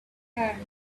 hand